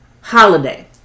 holiday